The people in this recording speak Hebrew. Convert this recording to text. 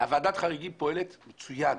ועדת חריגים פועלת מצוין,